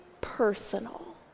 personal